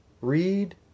read